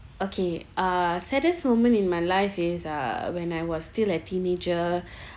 okay uh saddest moment in my life is uh when I was still a teenager